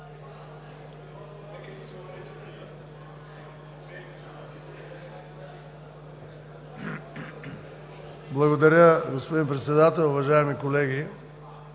Благодаря, господин Председател. Уважаеми колеги,